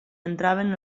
entraven